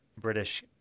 British